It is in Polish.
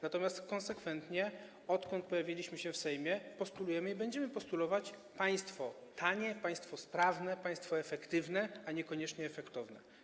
Natomiast konsekwentnie, odkąd pojawiliśmy się w Sejmie, postulujemy i będziemy postulować państwo tanie, sprawne, efektywne, a niekoniecznie efektowne.